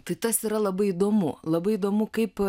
tai tas yra labai įdomu labai įdomu kaip